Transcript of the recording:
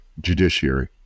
judiciary